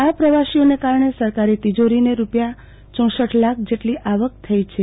આ પ્રવાસીઓને કારણે સરકારી તીજોરીને રૂપિયા કઠ લાખ જેટલી આવક થઇ છે